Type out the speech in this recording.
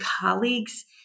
colleagues